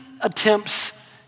attempts